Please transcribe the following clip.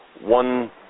one